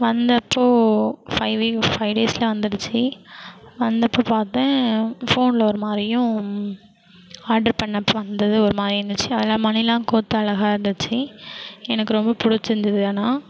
வந்தப்போது five week five டேஸில் வந்துடுச்சு வந்தப்போ பார்த்தேன் போனில் ஒரு மாதிரியும் ஆட்ரு பண்ணப்போ வந்ததும் ஒரு மாதிரியும் இருந்துச்சு அதில் மணியெலாம் கோர்த்து அழகாக இருந்துச்சு எனக்கு ரொம்ப பிடிச்சிருந்துது ஆனால்